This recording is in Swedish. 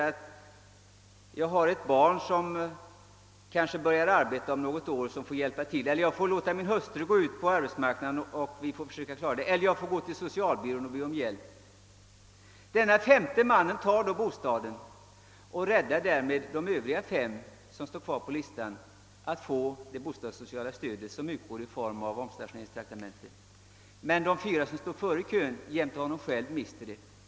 Han kanske har ett barn som börjar arbeta om något år och då kan hjälpa till, hans hustru kanske får gå ut på arbetsmarknaden eller också kan han vända sig till socialbyrån och begära hjälp. Denna femte person i raden tar alltså bostaden och räddar därmed de övriga fem på listan så att de får del av det bostadssociala stödet, som utgår i form av omstationeringstraktamente. De fyra som står före honom i kön liksom han själv mister emellertid detta.